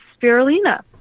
spirulina